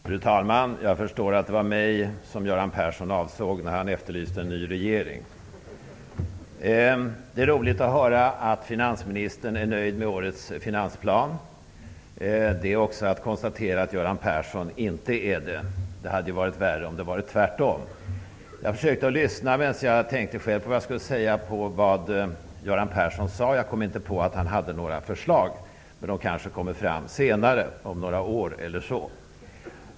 Fru talman! Jag förstår att det var mig Göran Persson avsåg när han efterlyste en ny regering. Det är roligt att höra att finansministern är nöjd med årets finansplan. Det är också roligt att konstatera att Göran Persson inte är det. Det hade varit värre om det hade varit tvärtom. Medan jag tänkte på vad jag själv skulle säga försökte jag lyssna på vad Göran Persson sade. Jag kunde inte höra att han hade några förslag, men de kanske kommer fram senare, om några år eller så.